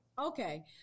Okay